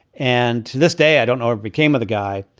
and to this day, i don't know what became of the guy.